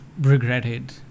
regretted